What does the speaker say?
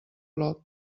glop